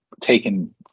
taken